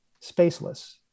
spaceless